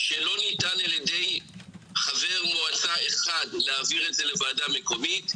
שלא ניתן על ידי חבר מועצה אחד להעביר את זה למועצה מקומית,